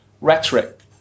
rhetoric